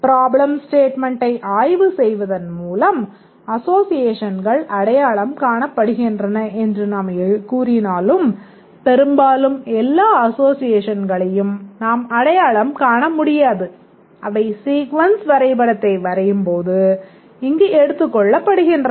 problem ஸ்டேட்மென்டை ஆய்வு செய்வதன் மூலம் அசோஸியேஷன்கள் அடையாளம் காணப்படுகின்றன என்று நாம் கூறினாலும் பெரும்பாலும் எல்லா அசோஸியேஷன்களையும் நாம் அடையாளம் காண முடியாது அவை சீக்வென்ஸ் வரைபடத்தை வரையும்போது இங்கு எடுத்துக்கொள்ளப்படுகின்றன